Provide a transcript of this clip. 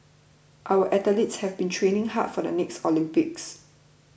our athletes have been training hard for the next Olympics